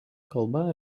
kalba